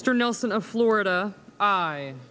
sir nelson of florida i